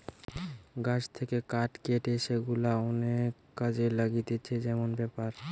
গাছ থেকে কাঠ কেটে সেগুলা অনেক কাজে লাগতিছে যেমন পেপার